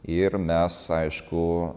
ir mes aišku